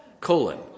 Colon